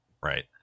Right